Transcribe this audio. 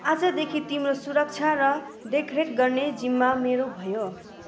आजदेखि तिम्रो सुरक्षा र देखरेख गर्ने जिम्मा मेरो भयो